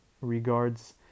regards